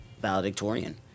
valedictorian